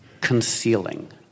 concealing